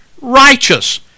righteous